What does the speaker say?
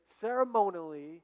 ceremonially